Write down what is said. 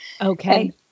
Okay